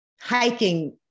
hiking